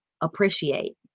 Appreciate